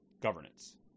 governance